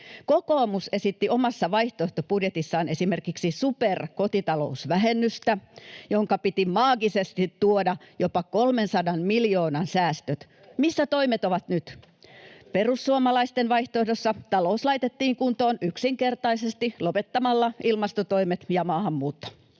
Kokoomus esitti omassa vaihtoehtobudjetissaan esimerkiksi superkotitalousvähennystä, jonka piti maagisesti tuoda jopa 300 miljoonan säästöt. Missä toimet ovat nyt? Perussuomalaisten vaihtoehdossa talous laitettiin kuntoon yksinkertaisesti lopettamalla ilmastotoimet ja maahanmuutto.